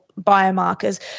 biomarkers